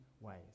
ways